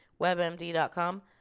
WebMD.com